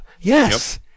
Yes